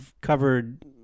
covered